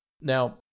now